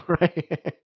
Right